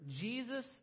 Jesus